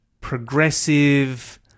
progressive